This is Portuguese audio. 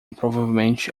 provavelmente